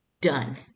Done